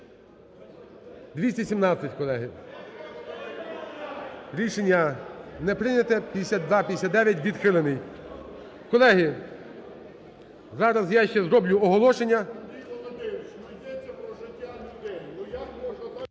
217, колеги. Рішення не прийнято. 5259 відхилений. Колеги, зараз я ще зроблю оголошення.